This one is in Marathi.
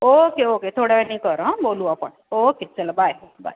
ओके ओके थोड्या वेळाने कर हं बोलू आपण ओके चला बाय बाय